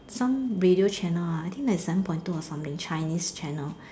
some radio channel ah I think ninety seven point two or something Chinese channel